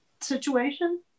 situation